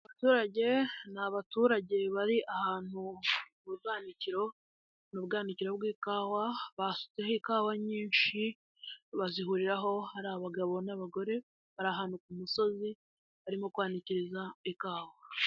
Abaturage ni abaturage bari ahantu ku bwanikiro mu bwanikiro bw'ikawa basutseho ikawa nyinshi bazihuriraho hari abagabo n'abagore bari ahantu ku musozi barimo kwanikiriza ikawa.